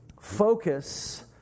focus